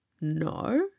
no